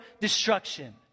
destruction